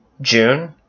June